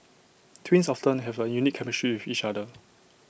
twins often have A unique chemistry with each other